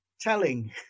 telling